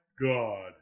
God